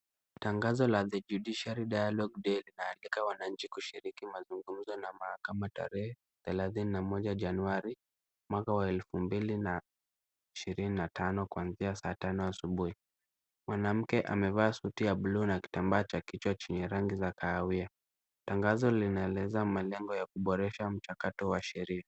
Tangazo la The Judiciary Dialogue Day lina alika wananchi kushiriki mazungumzo na mahakama tarehe thelathini na moja January, mwaka wa elfu mbili ishirini na tano kuanzia saa tano asubuhi. Mwanamke amevaa shati ya buluu na kitambaa cha kichwa chenye rangi ya kahawia. Tangazo linaeleza malengo ya kuboresha mchakato wa sheria.